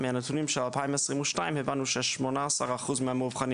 מהנתונים של 2022 הבנו ש-18% מהמאובחנים